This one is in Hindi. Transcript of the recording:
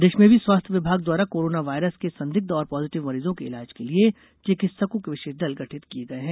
प्रदेश में भी स्वास्थ्य विभाग द्वारा कोरोना वायरस के संदिग्ध और पॉजिटिव मरीजों के इलाज के लिए चिकित्सकों के विशेष दल गठित किये गये हैं